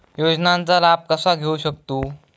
योजनांचा लाभ कसा घेऊ शकतू?